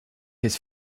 his